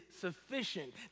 sufficient